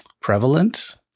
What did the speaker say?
prevalent